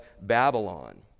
Babylon